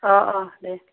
अह अह दे